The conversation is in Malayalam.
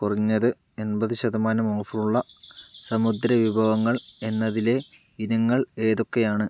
കുറഞ്ഞത് എൺപത് ശതമാനം ഓഫറുള്ള സമുദ്ര വിഭവങ്ങൾ എന്നതിലെ ഇനങ്ങൾ ഏതൊക്കെയാണ്